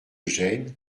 gênes